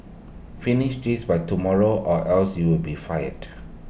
finish this by tomorrow or else you'll be fired